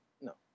No